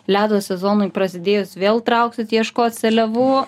ledo sezonui prasidėjus vėl trauksit ieškot seliavų